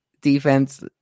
defense